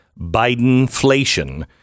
Bidenflation